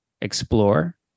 explore